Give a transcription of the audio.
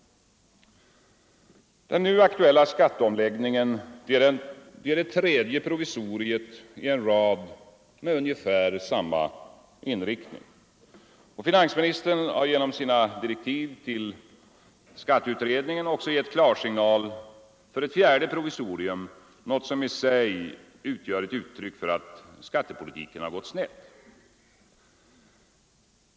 Den nu aktuella skatteomläggningen är det tredje provisoriet i rad med ungefär samma inriktning. Finansministern har genom sina direktiv till skatteutredningen också gett klarsignal för ett fjärde provisorium, något som i sig utgör ett uttryck för att skattepolitiken har gått snett.